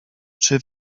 czy